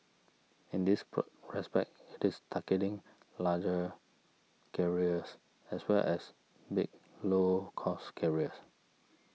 in this pro respect it is targeting larger carriers as well as big low cost carriers